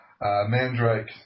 Mandrake